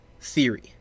theory